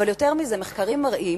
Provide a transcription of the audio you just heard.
אבל יותר מזה, מחקרים מראים